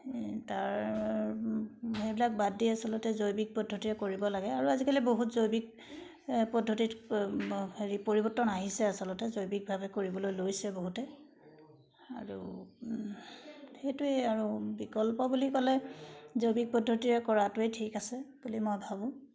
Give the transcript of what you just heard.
এই তাৰ সেইবিলাক বাদ দি আচলতে জৈৱিক পদ্ধতিৰে কৰিব লাগে আৰু আজিকালি বহুত জৈৱিক পদ্ধতিত হেৰি পৰিৱৰ্তন আহিছে আচলতে জৈৱিকভাৱে কৰিবলৈ লৈছে বহুতে আৰু সেইটোৱে আৰু বিকল্প বুলি ক'লে জৈৱিক পদ্ধতিৰে কৰাটোৱে ঠিক আছে বুলি মই ভাবোঁ